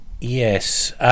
Yes